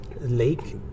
lake